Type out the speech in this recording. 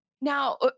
Now